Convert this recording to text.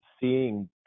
seeing